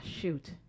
shoot